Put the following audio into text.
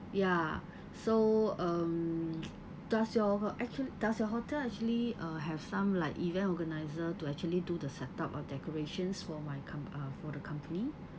ya so um does your ho~ actua~ does your hotel actually uh have some like event organiser to actually do the setup or decorations for my comp~ uh for the company